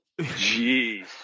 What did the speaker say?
Jeez